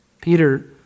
Peter